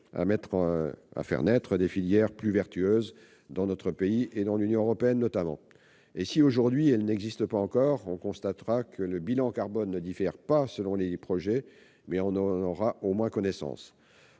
à faire naître des filières plus vertueuses dans notre pays et dans l'Union européenne. Et si aujourd'hui ces filières n'existent pas encore, on constatera que le bilan carbone ne diffère pas selon les projets, mais on en aura au moins connaissance.